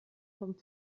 vom